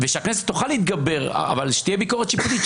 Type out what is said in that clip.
ושהכנסת תוכל להתגבר אבל שתהיה ביקורת שיפוטית,